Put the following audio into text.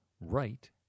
right